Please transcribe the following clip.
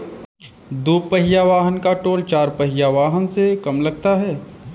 दुपहिया वाहन का टोल चार पहिया वाहन से कम लगता है